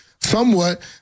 somewhat